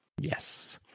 Yes